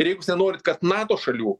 ir jeigu jūs nenorit kad nato šalių